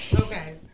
Okay